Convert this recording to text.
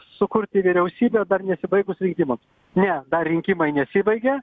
sukurti vyriausybę dar nesibaigus rinkimam ne dar rinkimai nesibaigė